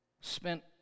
spent